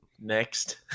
next